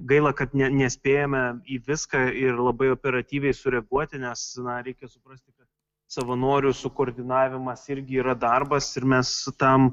gaila kad ne nespėjame į viską ir labai operatyviai sureaguoti nes na reikia suprasti kad savanorių sukoordinavimas irgi yra darbas ir mes tam